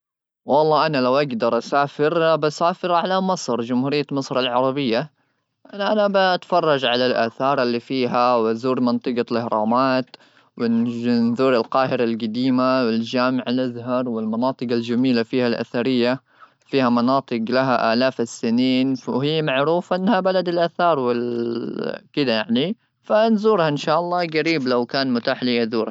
والله انا لو اقدر اسافر ابي اسافر على مصر جمهوريه مصر العربيه انا بتفرج على الاثار اللي فيها وازور منطقه الاهرامات وجذور القاهره القديمه والجامع الازهر والمناطق الجميله فيها الاثريه فيها مناطق لها الاف السنين وهي معروفه انها بلد الاثار وكده يعني ان شاء الله قريب لو كان متاح